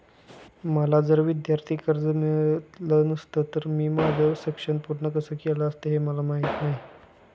मला जर विद्यार्थी कर्ज मिळालं नसतं तर मी माझं शिक्षण पूर्ण कसं केलं असतं, हे मला माहीत नाही